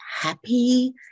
happy